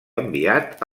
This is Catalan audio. enviat